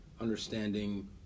understanding